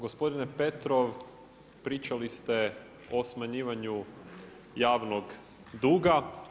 Gospodine Petrov pričali ste o smanjivanju javnog duga.